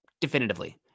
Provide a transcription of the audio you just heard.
definitively